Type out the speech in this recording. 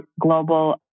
Global